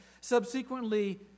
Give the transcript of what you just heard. subsequently